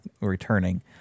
returning